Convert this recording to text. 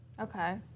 Okay